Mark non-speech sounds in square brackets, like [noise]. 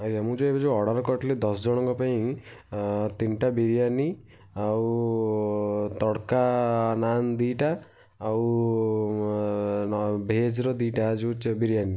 ଭାଇ ମୁଁ ଯେଉଁ ଏବେ ଯେଉଁ ଅର୍ଡ଼ର୍ କରିଥିଲି ଦଶଜଣଙ୍କ ପାଇଁ ତିନିଟା ବିରିୟାନୀ ଆଉ ତଡ଼କା ନାନ୍ ଦୁଇଟା ଆଉ ଭେଜ୍ର ଦୁଇଟା [unintelligible] ବିରିୟାନୀ